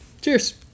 Cheers